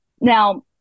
Now